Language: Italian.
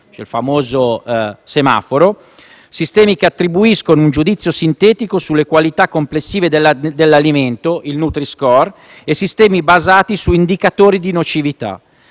(il famoso semaforo), sistemi che attribuiscono un giudizio sintetico sulle qualità complessive dell'alimento (Nutri-score) e sistemi basati su indicatori di nocività.